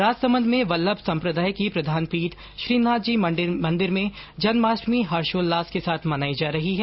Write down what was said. राजसमंद में वल्लभ संप्रदाय की प्रधान पीठ श्रीनाथ जी मंदिर में जन्माष्टमी हर्षोल्लास के साथ मनाई जा रही है